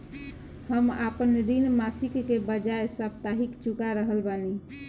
हम आपन ऋण मासिक के बजाय साप्ताहिक चुका रहल बानी